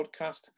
podcast